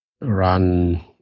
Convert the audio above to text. run